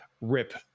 rip